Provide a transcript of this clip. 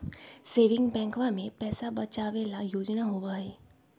saving बैंकवा में पैसा बचावे ला योजना होबा हई